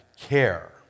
care